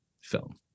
film